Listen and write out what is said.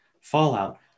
fallout